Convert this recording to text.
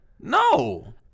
No